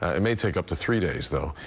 ah it may take up to three days, though.